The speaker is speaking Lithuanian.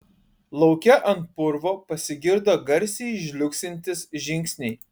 lauke ant purvo pasigirdo garsiai žliugsintys žingsniai